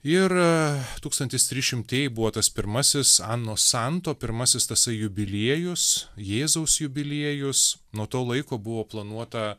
ir tūkstantis trys šimtieji buvo tas pirmasis ano santo pirmasis tasai jubiliejus jėzaus jubiliejus nuo to laiko buvo planuota